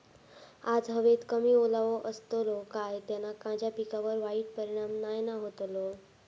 आज हवेत कमी ओलावो असतलो काय त्याना माझ्या पिकावर वाईट परिणाम नाय ना व्हतलो?